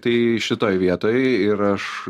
tai šitoj vietoj ir aš